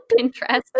pinterest